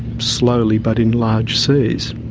slowly, but in large seas.